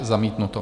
Zamítnuto.